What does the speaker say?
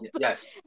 Yes